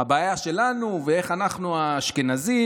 על הבעיה שלנו, ואיך אנחנו האשכנזים,